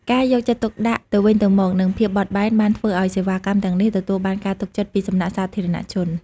ការយកចិត្តទុកដាក់ទៅវិញទៅមកនិងភាពបត់បែនបានធ្វើឱ្យសេវាកម្មទាំងនេះទទួលបានការទុកចិត្តពីសំណាក់សាធារណជន។